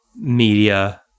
media